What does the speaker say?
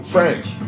French